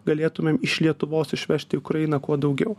galėtumėm iš lietuvos išvežti į ukrainą kuo daugiau